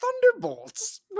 Thunderbolts